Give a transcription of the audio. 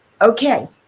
okay